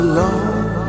Alone